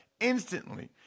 instantly